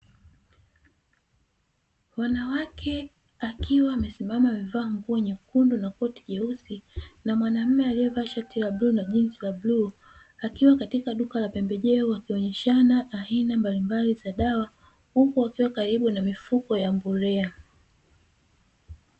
Wanawake akiwa amesimama amevaa nguo nyekundu na koti jeusi, na Mwanamme aliyevaa shati la bluu na jinzi la bluu, akiwa katika duka la pembejeo wakioneshana aina mbalimbali za dawa, huku wakiwa karibu na mifuko ya mbolea.